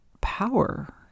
power